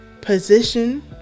position